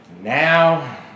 Now